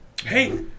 Hey